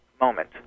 moment